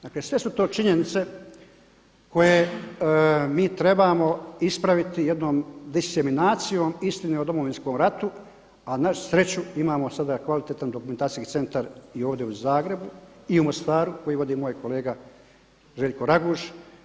Dakle, sve su to činjenice koje mi trebamo ispraviti jednom disiminacijom istine o Domovinskom ratu, a na sreću imamo sada kvalitetan Dokumentacijski centar i ovdje u Zagrebu i Mostaru koji vodi moj kolega Željko Raguž.